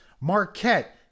marquette